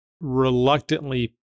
reluctantly